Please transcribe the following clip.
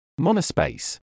Monospace